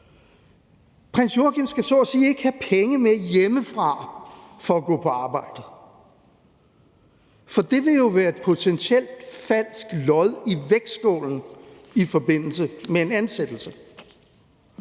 Prins Joachim skal så at sige ikke have penge med hjemmefra for at gå på arbejde, for det vil jo være et potentielt falsk lod i vægtskålen i forbindelse med en ansættelse,